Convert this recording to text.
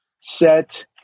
set